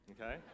okay